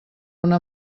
una